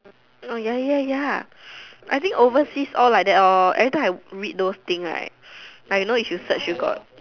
orh ya ya ya I think overseas all like that lor every time I read those thing right like you know if you search you got